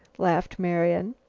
laughed marian.